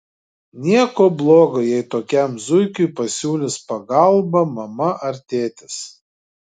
nieko bloga jei tokiam zuikiui pasiūlys pagalbą mama ar tėtis